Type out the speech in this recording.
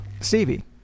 Stevie